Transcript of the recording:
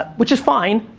but which is fine,